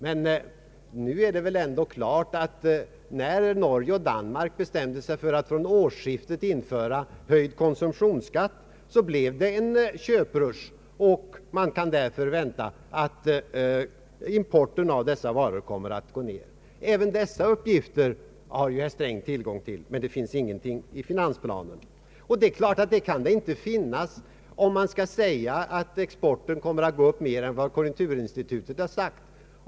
Det är väl nu ändå klart att när Norge och Danmark bestämde sig för att från årsskiftet införa höjd konsumtionsskatt blev det en köprush. Man kan därför vänta sig att importen av dessa varor kommer att gå ned. Även dessa uppgifter har herr Sträng tillgång till, men de finns inte redovisade i finansplanen. Det är klart att de heller inte kan finnas där då han påstår att exporten skall gå upp mer än vad konjunkturinstitutet har beräknat.